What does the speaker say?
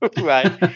Right